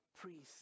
priests